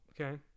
Okay